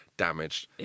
Damaged